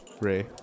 Ray